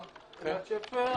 בבקשה.